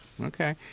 Okay